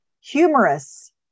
humorous